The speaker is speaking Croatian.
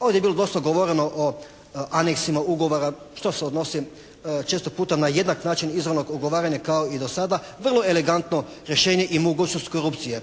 Ovdje je bilo dosta govoreno o aneksima ugovora, što se odnosi često puta na jednak način izravnog ugovaranja kao i do sada vrlo elegantno rješenje i mogućnost korupcije.